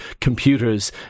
computers